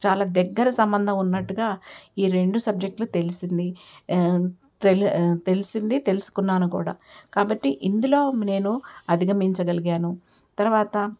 చాలా దగ్గర సంబంధం ఉన్నట్టుగా ఈ రెండు సబ్జెక్టులు తెలిసింది తెలి తెలిసింది తెలుసుకున్నాను కూడా కాబట్టి ఇందులో నేను అధిగమించగలిగాను తరువాత